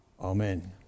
Amen